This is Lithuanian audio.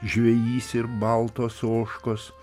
žvejys ir baltos ožkos